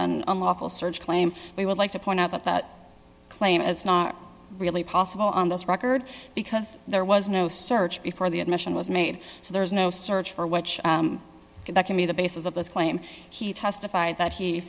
unlawful search claim we would like to point out that that claim is not really possible on this record because there was no search before the admission was made so there is no search for which can be the basis of this claim he testified that he